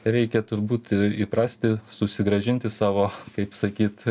reikia turbūt įprasti susigrąžinti savo kaip sakyt